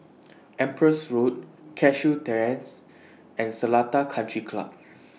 Empress Road Cashew Terrace and Seletar Country Club